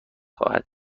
خواهد